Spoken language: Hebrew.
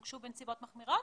הוגשו בנסיבות מחמירות?